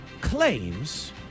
claims